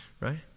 right